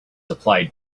applied